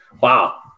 wow